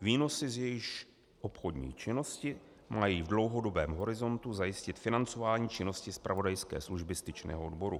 výnosy z jejichž obchodní činnosti mají v dlouhodobém horizontu zajistit financování činnosti zpravodajské služby Styčného odboru.